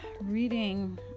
reading